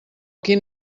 quin